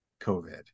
COVID